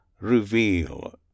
reveal